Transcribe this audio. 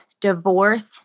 divorce